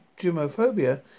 gymophobia